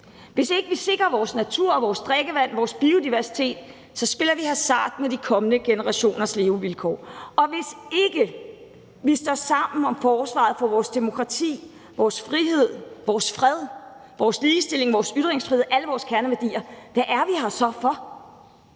Hvis ikke vi sikrer vores natur og vores drikkevand, vores biodiversitet, spiller vi hasard med de kommende generationers levevilkår, og hvis ikke vi står sammen om forsvaret af vores demokrati, vores frihed, vores fred, vores ligestilling og vores ytringsfrihed, alle vores kerneværdier, hvad er vi her så for?